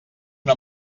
una